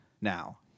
now